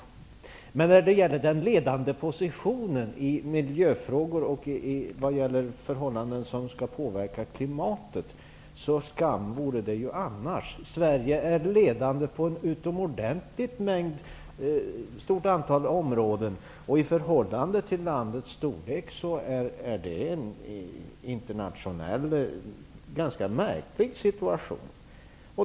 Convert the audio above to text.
Sverige befinner sig alltså i en ledande position i miljöfrågor och vad gäller åtgärder mot klimatpåverkan, men skam vore det ju annars. Sverige är ledande på ett utomordentligt stort antal områden, och i förhållande till landets storlek är det en internationellt sett ganska märklig situation.